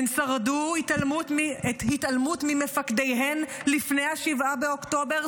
הן שרדו את התעלמות מפקדיהן לפני 7 באוקטובר,